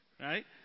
right